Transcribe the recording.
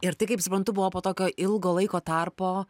ir tai kaip suprantu buvo po tokio ilgo laiko tarpo